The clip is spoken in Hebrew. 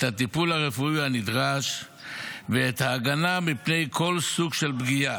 את הטיפול הרפואי הנדרש ואת ההגנה מפני כל סוג של פגיעה?